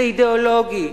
זה אידיאולוגי,